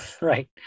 Right